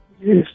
Yes